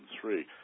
three